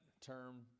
term